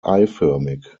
eiförmig